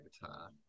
guitar